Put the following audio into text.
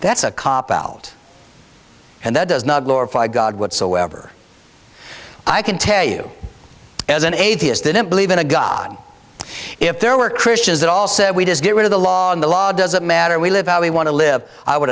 that's a cop out and that does not glorify god whatsoever i can tell you as an atheist didn't believe in a god if there were christians that all said we just get rid of the law and the law doesn't matter we live how we want to live i would